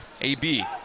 AB